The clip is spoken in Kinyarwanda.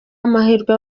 amahirwe